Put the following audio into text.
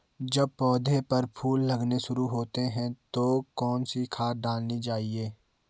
जब पौधें पर फूल लगने शुरू होते हैं तो कौन सी खाद डालनी चाहिए?